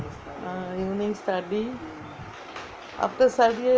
evening study after study